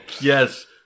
yes